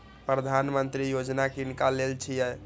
प्रधानमंत्री यौजना किनका लेल छिए?